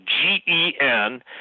G-E-N